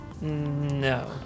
No